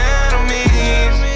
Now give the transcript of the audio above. enemies